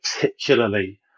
particularly